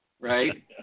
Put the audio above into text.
Right